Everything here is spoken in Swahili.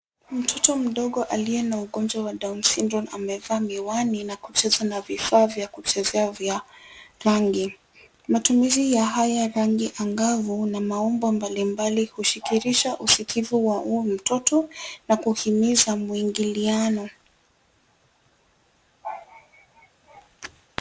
Mtoto mdogo aliye na ugonjwa wa Down syndrome amevaa miwani na kucheza na vifaa vya kuchezea vya rangi. Matumizi haya ya rangi angavu na maumbo mbalimbali hushirikisha usikivu wa huyu mtoto na kuhimiza mwingiliano.